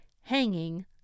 hanging